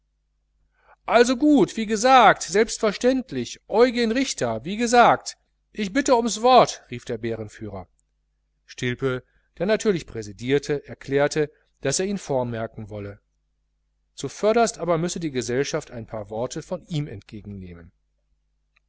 also gut wie gesagt selbstverständlich eugen richter wie gesagt ich bitte ums wort rief der bärenführer stilpe der natürlich präsidierte erklärte daß er ihn vormerken wolle zuvörderst aber müsse die gesellschaft ein paar worte von ihm entgegennehmen